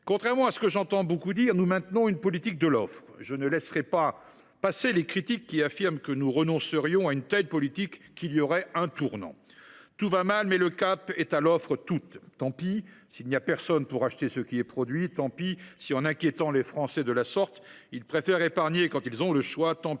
contrairement à ce que j’entends beaucoup dire, nous maintenons une politique de l’offre. Je ne laisserai pas passer les critiques qui affirment que nous renoncerions à une telle politique, qu’il y aurait un tournant. » Tout va mal, mais le cap est à l’offre toute… Tant pis s’il n’y a personne pour acheter ce qui est produit ! Tant pis si, en inquiétant les Français de la sorte, on les incite à préférer épargner quand ils en ont la